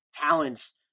talents